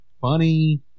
funny